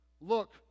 look